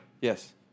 Yes